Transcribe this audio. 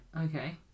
Okay